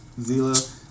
Zila